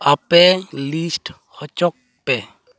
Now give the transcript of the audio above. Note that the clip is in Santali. ᱟᱯᱮ ᱞᱤᱥᱴ ᱦᱚᱪᱚᱜ ᱯᱮ